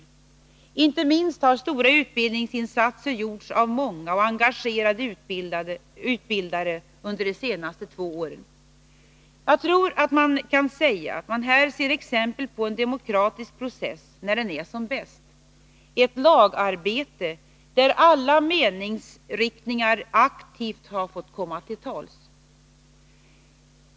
Inte minst har stora utbildningsinsatser gjorts av många och engagerade utbildare under de senaste två åren. Jag tror att man kan säga att man här ser exempel på en demokratisk process när den är som bäst, ett lagarbete där alla 9 meningsriktningar aktivt har fått komma till tals.